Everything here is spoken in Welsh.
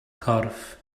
corff